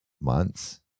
months